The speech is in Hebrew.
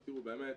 תראו, באמת,